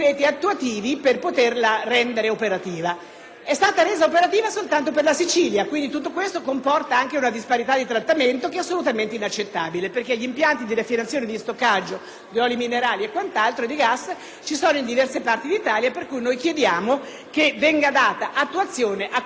È stata resa operativa soltanto per la Sicilia; quindi, tutto ciò comporta anche una disparità di trattamento assolutamente inaccettabile, perché gli impianti di raffinazione e di stoccaggio di oli minerali e di gas sono presenti in diverse parti d'Italia. Per tale ragione chiediamo venga data attuazione a questa norma, che è rimasta ancora oggi lettera morta.